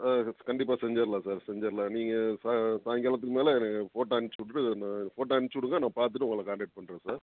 ஆ கண்டிப்பாக செஞ்சிடலாம் சார் செஞ்சிடலாம் நீங்கள் சா சாய்ங்காலத்துக்கு மேலே எனக்கு ஃபோட்டோ அனுப்பிச்சி விட்டுட்டு நான் ஃபோட்டோ அனுப்பிச்சி விடுங்க நான் பார்த்துட்டு உங்களை காண்டக்ட் பண்ணுறேன் சார்